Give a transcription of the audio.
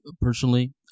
personally